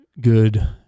good